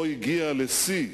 לא הגיעה לשיא